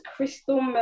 Crystal